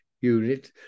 unit